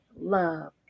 love